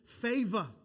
favor